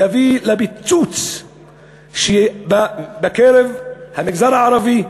יביא לפיצוץ בקרב המגזר הערבי,